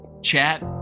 chat